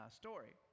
story